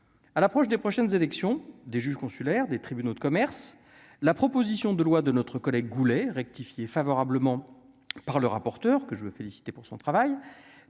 à l'approche des prochaines élections des juges consulaires des tribunaux de commerce, la proposition de loi de notre collègue Goulet rectifier favorablement par le rapporteur, que je veux féliciter pour son travail